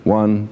one